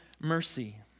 mercy